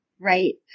Right